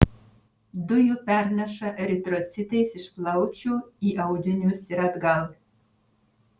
dujų pernaša eritrocitais iš plaučių į audinius ir atgal